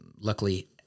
luckily